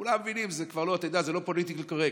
כולם מבינים שזה כבר לא פוליטיקלי קורקט,